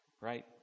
right